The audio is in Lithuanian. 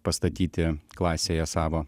pastatyti klasėje savo